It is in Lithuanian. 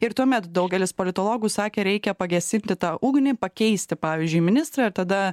ir tuomet daugelis politologų sakė reikia pagesinti tą ugnį pakeisti pavyzdžiui ministrą tada